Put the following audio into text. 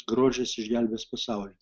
grožis išgelbės pasaulį